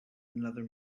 another